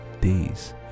days